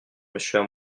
monsieur